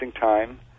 time